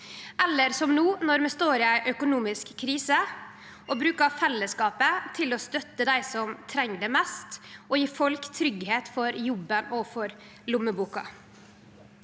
eller som no, når vi står i ei økonomisk krise og brukar fellesskapet til å støtte dei som treng det mest, og til å gje folk tryggleik for jobben og for lommeboka.